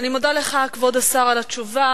אני מודה לך, כבוד השר, על התשובה.